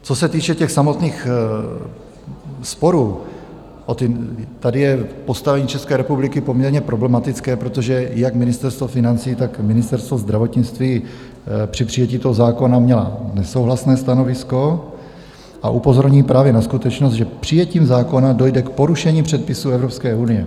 Co se týče samotných sporů, tady je postavení České republiky poměrně problematické, protože jak Ministerstvo financí, tak Ministerstvo zdravotnictví při přijetí toho zákona mělo nesouhlasné stanovisko, a upozorňují právě na skutečnost, že přijetím zákona dojde k porušení předpisů Evropské unie.